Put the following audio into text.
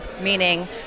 meaning